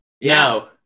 no